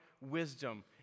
wisdom